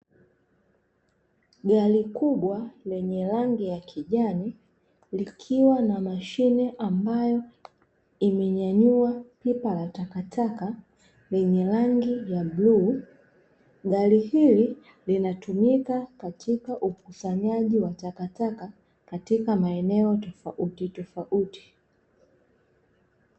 Gari kubwa lenye rangi ya kijani likiwa na mashine ambayo imenyanyua pipa la takataka lenye rangi ya bluu, gari hili linatumika katika ukusanyaji wa takataka katika maeneo tofauti tofauti.